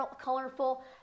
colorful